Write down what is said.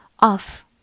Off